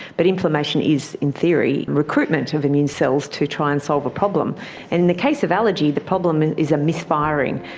but inflammation is in theory recruitment of immune cells to try and solve a problem. and in the case of allergy, the problem is a misfiring.